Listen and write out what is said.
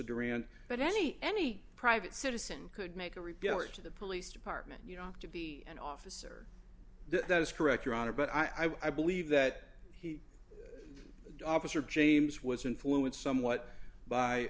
duran but any any private citizen could make a report to the police department you know to be an officer that is correct your honor but i believe that he officer james was influenced somewhat by